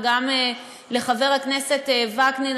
וגם לחבר הכנסת וקנין,